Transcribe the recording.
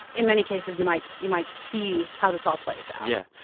in many cases, you might you might see how this all plays out yeah.